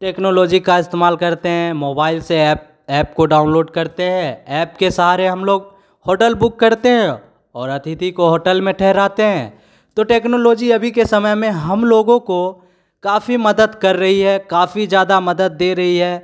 technology का इस्तेमाल करते हैं मोबाइल से ऐप ऐप को डाउनलोड करते हैं ऐप के सहारे हम लोग होटल बुक करते हैं और अतिथि को होटल में ठहराते हैं तो टेक्नोलॉजी अभी के समय में हम लोगों को काफ़ी मदद कर रही है काफ़ी ज़्यादा मदद दे रही है